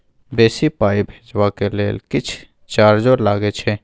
बेसी पाई भेजबाक लेल किछ चार्जो लागे छै?